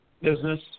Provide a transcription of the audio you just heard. business